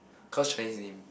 because Chinese name